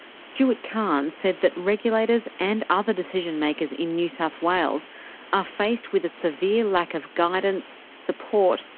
stuart khan said that regulators and other decision makers in new south wales are faced with a severe lack of guidance, support,